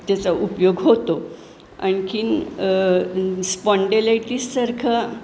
त्याचा उपयोग होतो आणखीन स्पॉंडेलायटीसारखं